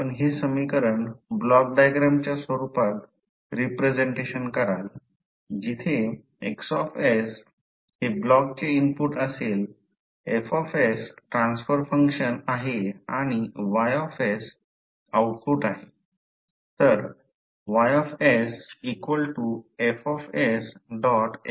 आपण हे समीकरण ब्लॉक डायग्रामच्या रूपात रिप्रेझेंट कराल जिथे X हे ब्लॉकचे इनपुट असेल F ट्रान्सफर फंक्शन आहे आणि Y आउटपुट आहे तर Y F